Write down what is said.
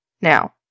Now